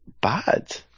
bad